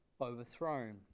overthrown